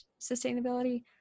sustainability